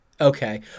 Okay